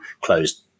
closed